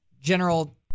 General